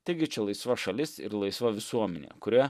taigi čia laisva šalis ir laisva visuomenė kurioje